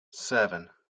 seven